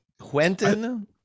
Quentin